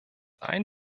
ein